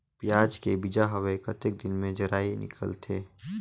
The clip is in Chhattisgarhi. पियाज के बीजा हवे कतेक दिन मे जराई निकलथे?